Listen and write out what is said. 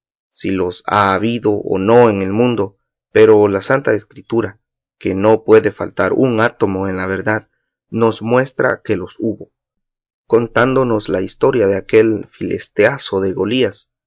si los ha habido o no en el mundo pero la santa escritura que no puede faltar un átomo en la verdad nos muestra que los hubo contándonos la historia de aquel filisteazo de golías